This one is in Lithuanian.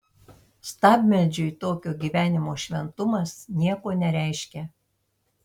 stabmeldžiui tokio gyvenimo šventumas nieko nereiškia